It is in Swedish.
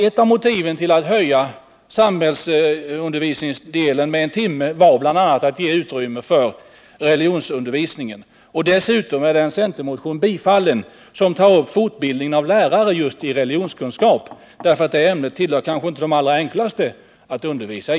Ett av motiven för att utöka samhällsundervisningsdelen med en timme var att ge utrymme för religionsundervisning. Dessutom är den centermotion som tog upp fortbildning av lärare i just religionskunskap bifallen. Det ämnet tillhör kanske inte det allra enklaste att undervisa i.